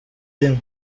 rimwe